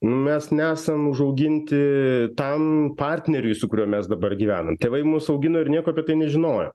mes nesam užauginti tam partneriui su kuriuo mes dabar gyvenam tėvai mus augino ir nieko apie tai nežinojo